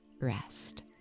rest